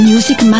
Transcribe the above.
Music